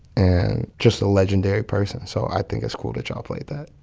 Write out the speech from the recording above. and just a legendary person. so i think it's cool that y'all played that.